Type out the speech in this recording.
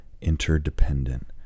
interdependent